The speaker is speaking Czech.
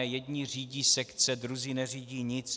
Jedni řídí sekce, druzí neřídí nic.